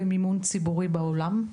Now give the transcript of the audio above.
במימון ציבורי בעולם.